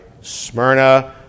Smyrna